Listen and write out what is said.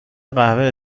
قوه